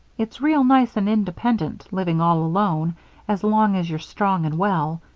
it's real nice and independent living all alone as long as you're strong and well,